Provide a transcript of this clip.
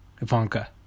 ivanka